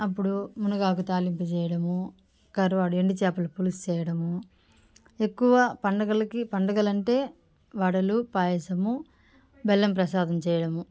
అప్పుడు మునగాకు తాలింపు చేయడము కరువాడు ఎండు చేపల పులుసు చేయడము ఎక్కువ పండగలకి పండగలు అంటే వడలు పాయసము బెల్లం ప్రసాదం చేయడము